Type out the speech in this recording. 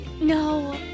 no